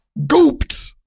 Gooped